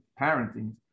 parenting